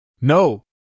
No